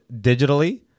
digitally